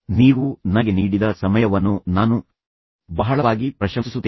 ನೀವು ನನಗೆ ನೀಡಿದ ಸಮಯವನ್ನು ನಾನು ಬಹಳವಾಗಿ ಪ್ರಶಂಸಿಸುತ್ತೇನೆ